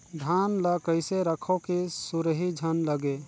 धान ल कइसे रखव कि सुरही झन लगे?